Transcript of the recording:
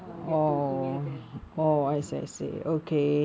uh you have to email them ya that's all ஆமா:aamaa